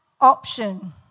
option